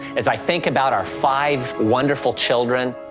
as i think about our five wonderful children,